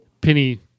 Penny